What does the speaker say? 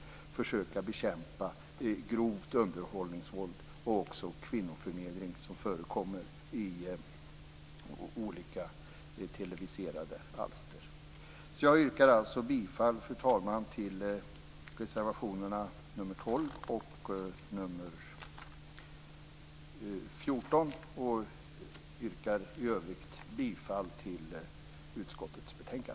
Därför måste vi försöka bekämpa grovt underhållningsvåld och den kvinnoförnedring som förekommer i olika televiserade alster. Jag yrkar bifall till reservationerna 12 och 14 och i övrigt till utskottets hemställan.